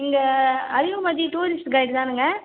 நீங்கள் Arivumathi tourist guide தானேங்க